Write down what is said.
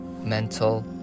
mental